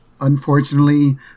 unfortunately